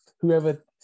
whoever